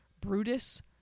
Brutus